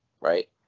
right